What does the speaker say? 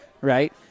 Right